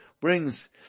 brings